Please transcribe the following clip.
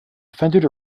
offended